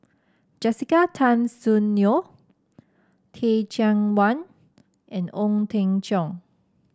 Jessica Tan Soon Neo Teh Cheang Wan and Ong Teng Cheong